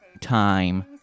time